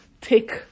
take